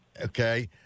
Okay